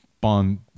bond